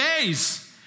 days